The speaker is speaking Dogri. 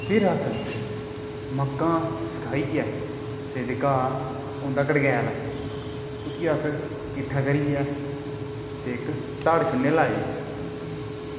फिर अस मक्कां सकाई ऐ ते जेह्का हुदा कड़कैल उसी अस किट्ठा करियै ते इक तड़ शुड़नें लाई